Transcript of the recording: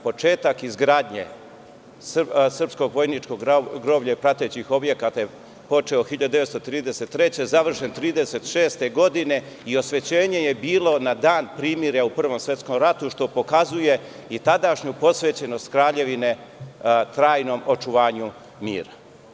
Početak izgradnje srpskog vojničkog groblja i pratećih objekata je počeo 1933. godine, a završen je 1936. godine i osvećenje je bilo na dan primirja u Prvom svetskom ratu, što pokazuje i tadašnju posvećenost Kraljevine krajnjem očuvanju mira.